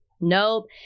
nope